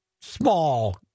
small